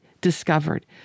discovered